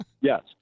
Yes